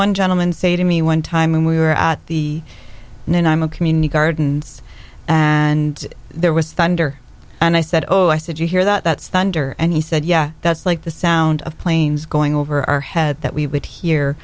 one gentleman say to me one time when we were at the nine i'm a community gardens and there was thunder and i said oh i said you hear that that's the under and he said yeah that's like the sound of planes going over our head that we would he